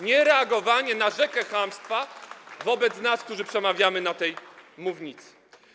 Niereagowanie na rzekę chamstwa wobec nas, którzy przemawiamy na tej mównicy.